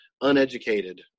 uneducated